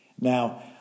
Now